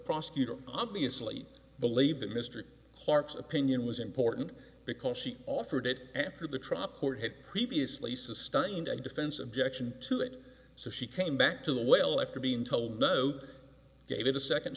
prosecutor obviously believed that mr harper opinion was important because she offered it after the trop court had previously sustained a defense objection to it so she came back to the well after being told no gave it a second